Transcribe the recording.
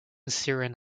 syrian